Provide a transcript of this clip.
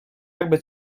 jakby